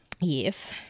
Yes